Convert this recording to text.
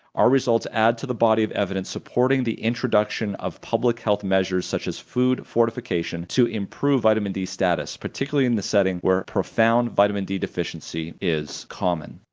our results add to the body of evidence supporting the introduction of public health measures such as food fortification to improve vitamin d status particularly in the setting where profound vitamin d deficiency is common.